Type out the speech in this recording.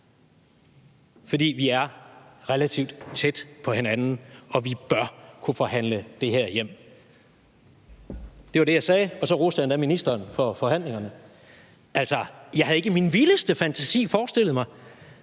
For vi er relativt tæt på hinanden, og vi bør kunne forhandle det her hjem. Det var det, jeg sagde, og så roste jeg endda ministeren for forhandlingerne. Altså, jeg havde ikke i min vildeste fantasi forestillet mig,